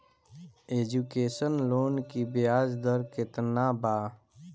Education loan की ब्याज दर केतना बा?